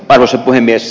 arvoisa puhemies